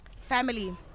Family